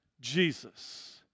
Jesus